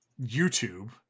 YouTube